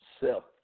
self